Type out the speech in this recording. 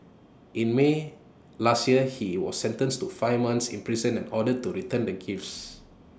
in may last year he was sentenced to five months in prison and ordered to return the gifts